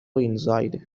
inside